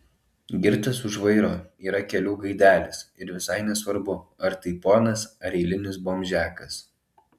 girtas už vairo yra kelių gaidelis ir visai nesvarbu ar tai ponas ar eilinis bomžiakas